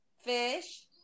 fish